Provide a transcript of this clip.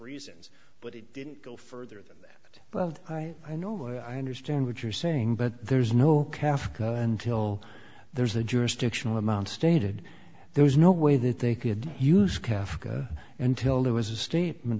reasons but it didn't go further than well i i know i understand what you're saying but there's no go until there's a jurisdictional amount stated there was no way that they could use calf go until there was a statement